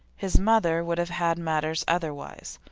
his mother would have had matters otherwise.